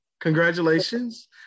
Congratulations